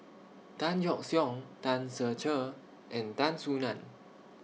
Tan Yeok Seong Tan Ser Cher and Tan Soo NAN